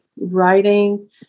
writing